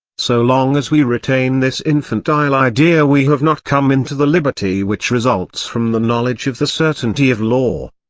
so long as we retain this infantile idea we have not come into the liberty which results from the knowledge of the certainty of law.